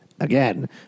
Again